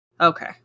okay